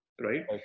right